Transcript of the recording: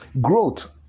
growth